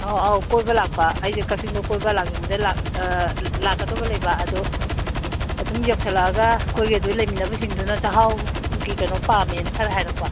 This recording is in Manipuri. ꯑꯥꯎ ꯑꯥꯎ ꯀꯣꯏꯕ ꯂꯥꯛꯄ ꯑꯩꯁꯦ ꯀꯛꯆꯤꯡꯗ ꯀꯣꯏꯕ ꯂꯥꯛꯅꯤꯡꯕꯗꯩ ꯂꯥꯛꯀꯗꯕ ꯂꯩꯕ ꯑꯗꯣ ꯑꯗꯨꯝ ꯌꯧꯁꯜꯂꯛꯑꯒ ꯑꯩꯈꯣꯏꯒꯤ ꯑꯗꯨꯒꯤ ꯂꯩꯃꯤꯟꯅꯕꯁꯤꯡꯗꯨꯅ ꯆꯥꯛꯍꯥꯎꯒꯤ ꯀꯩꯅꯣ ꯄꯥꯝꯃꯦꯅ ꯈꯔ ꯍꯥꯏꯔꯛꯄ